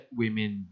women